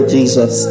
Jesus